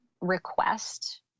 request